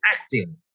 acting